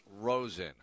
Rosen